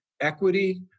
equity